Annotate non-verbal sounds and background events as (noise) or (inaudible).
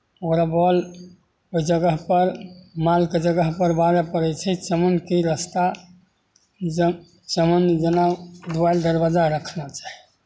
ओकरा बालु ओहि जगहपर मालके जगहपर बान्हय पड़ै छै (unintelligible) की रस्ता जऽ चमन जेना दुआरि दरवज्जा रखना चाही